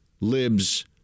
Libs